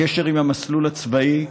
הקשר עם המסלול הצבאי,